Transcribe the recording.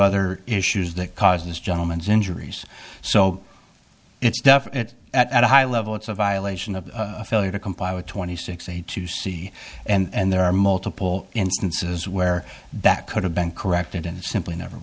other issues that caused this gentleman's injuries so it's stuff that at a high level it's a violation of a failure to comply with twenty six eight to see and there are multiple instances where that could have been corrected and simply never